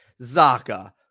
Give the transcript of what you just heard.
Zaka